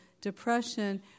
depression